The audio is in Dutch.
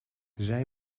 zij